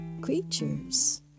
creatures